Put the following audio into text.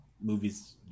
movies